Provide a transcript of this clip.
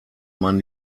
man